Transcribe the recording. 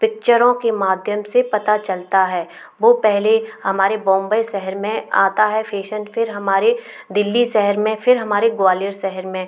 पिक्चरों के माध्यम से पता चलता है वो पहले हमारे बॉम्बे शहर में आता हैं फेशन फिर हमारे दिल्ली शहर में फिर हमारे ग्वालियर शहर में